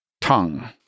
tongue